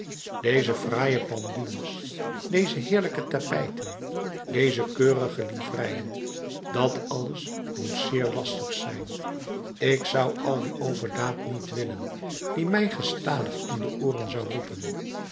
deze fraaie pendules deze heerlijke tapijten deze keurige livreien dat alles moet zeer lastig zijn ik zou al die overdaad niet willen die mij gestadig in de ooren zou roepen